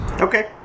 Okay